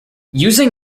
using